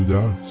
that?